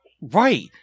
right